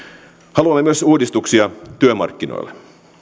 haluamme myös uudistuksia työmarkkinoille